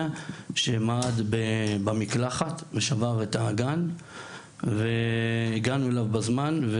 שמעד במקלחת ושבר את האגן והגענו אליו בזמן.